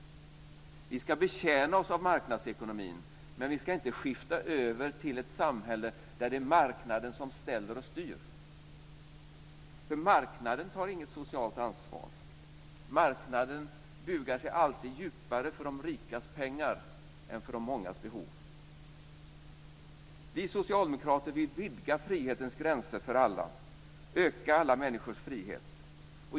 Vi ska betjäna oss av marknadsekonomin. Men vi ska inte skifta över till ett samhälle där det är marknaden som ställer och styr. Marknaden tar inget socialt ansvar. Marknaden bugar sig alltid djupare för de rikas pengar än för de mångas behov. Vi socialdemokrater vill vidga frihetens gränser för alla, öka alla människors frihet.